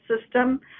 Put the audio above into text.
system